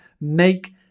make